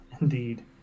indeed